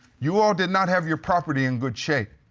you all did not have your property in good shape.